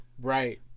Right